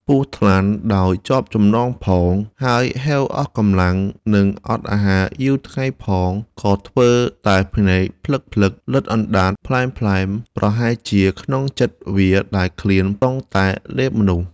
ពស់ថ្លាន់ដោយជាប់ចំណងផង ហើយហេវអស់កំលាំងនិងអត់អាហារយូរ ថ្ងៃផងក៏ធ្វើតែភ្នែកភ្លឹះៗ លិទ្ធអណ្ដាតភ្លែមៗ ប្រហែលជាក្នុងចិត្ដវាដែលឃ្លានប្រុងតែលេបមនុស្ស ។